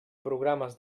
programes